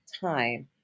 time